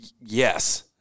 Yes